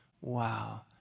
Wow